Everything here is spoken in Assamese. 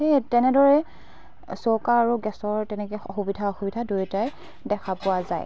সেই তেনেদৰে চৌকা আৰু গেছৰ তেনেকে সুবিধা অসুবিধা দুয়োটাই দেখা পোৱা যায়